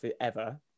forever